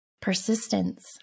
persistence